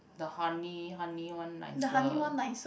the honey honey one nicer